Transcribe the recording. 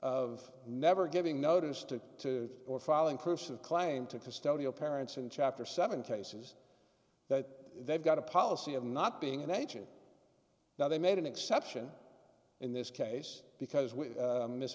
of never giving notice to or filing curse of claim to custodial parents in chapter seven cases that they've got a policy of not being an agent now they made an exception in this case because with miss